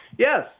Yes